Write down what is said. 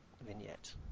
vignette